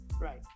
Right